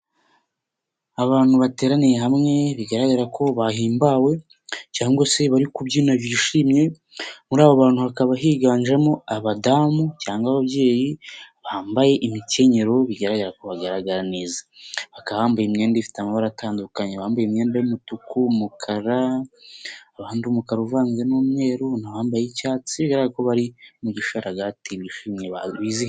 Abantu bateraniye hamwe bigaragara ko bahimbawe, cyangwa se bari kubyina bishimye, muri abo bantu hakaba higanjemo abadamu cyangwa ababyeyi bambaye imikenyero bigaragara ko bagaragara neza, bakaba bambaye imyenda ifite amabara atandukanye, abambaye imyenda y'umutuku, umukara, abandi umukara uvanze n'umweru, abambaye icyatsi bari mu gisharagati bishimye bizihiwe.